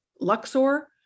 Luxor